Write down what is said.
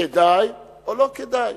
כדאי, או לא כדאי?